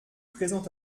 présent